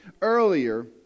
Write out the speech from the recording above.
earlier